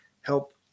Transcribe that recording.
help